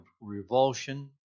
revulsion